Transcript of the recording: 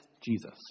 Jesus